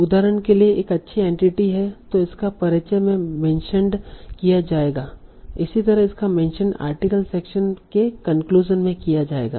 उदाहरण के लिए यह एक अच्छी एंटिटी है तो इसका परिचय में मेंशनड किया जाएगा इसी तरह इसका मेंशन आर्टिकल सेक्शन के कन्क्लूशन में किया जाएगा